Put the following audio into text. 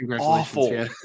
awful